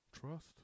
Trust